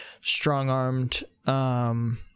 strong-armed